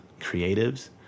creatives